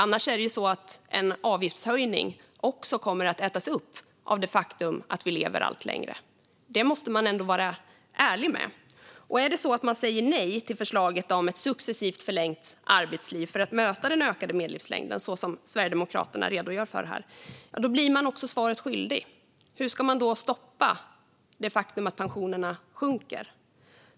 Annars kommer också en avgiftshöjning att ätas upp av det faktum att vi lever allt längre. Det måste man vara ärlig med. Är det så att man säger nej till förslaget om ett successivt förlängt arbetsliv för att möta den ökade medellivslängden, så som Sverigedemokraterna redogör för här, blir man också svaret skyldig. Hur ska man då stoppa det faktum att pensionerna sjunker?